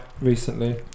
recently